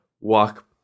walk